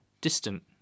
distant